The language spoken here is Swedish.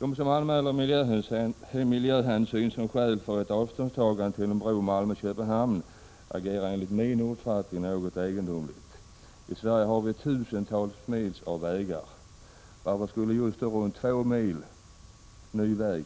De som anför miljöhänsyn som skäl för ett avståndstagande till en bro Malmö-Köpenhamn agerar enligt min uppfattning något egendomligt. I Sverige har vi tusentals mil av vägar. Varför skulle då två mil ny väg